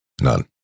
None